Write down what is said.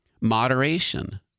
Moderation